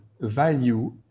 value